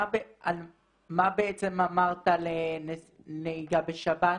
אמרת על נהיגה בשבת?